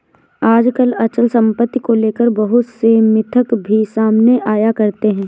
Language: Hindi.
आजकल अचल सम्पत्ति को लेकर बहुत से मिथक भी सामने आया करते हैं